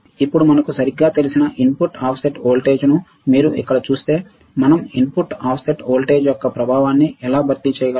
ఇప్పుడు మనకు సరిగ్గా తెలిసిన ఇన్పుట్ ఆఫ్సెట్ వోల్టేజ్ను మీరు ఇక్కడ చూస్తే మనం ఇన్పుట్ ఆఫ్సెట్ వోల్టేజ్ యొక్క ప్రభావాన్ని ఎలా భర్తీ చేయగలం